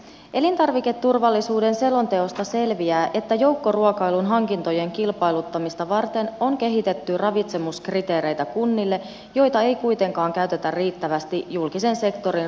elintarviketurvallisuuden selonteosta selviää että joukkoruokailun hankintojen kilpailuttamista varten on kehitetty kunnille ravitsemuskriteereitä joita ei kuitenkaan käytetä riittävästi julkisen sektorin ruokapalveluhankinnoissa